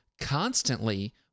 constantly